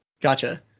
Gotcha